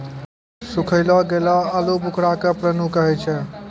सुखैलो गेलो आलूबुखारा के प्रून कहै छै